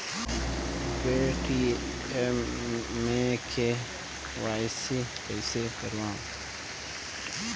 Paytm मे KYC कइसे करव?